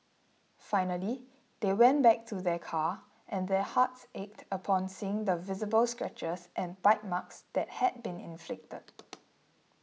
finally they went back to their car and their hearts ached upon seeing the visible scratches and bite marks that had been inflicted